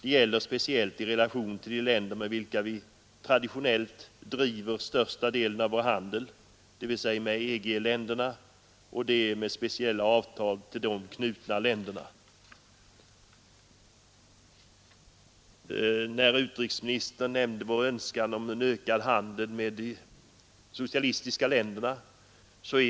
Detta gäller speciellt i relation till de länder med vilka vi traditionellt driver den största delen av vår handel, dvs. EG-länderna, och de med speciella avtal till dem knutna länderna. Jag ansluter mig helt till utrikesministerns framhållande av önskan om en ökad handel med de socialistiska länderna.